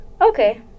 Okay